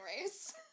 Race